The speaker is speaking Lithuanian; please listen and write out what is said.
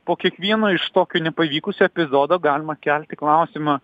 po kiekvieno iš tokio nepavykusio epizodo galima kelti klausimą